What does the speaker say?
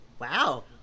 Wow